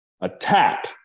Attack